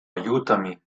aiutami